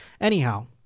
Anyhow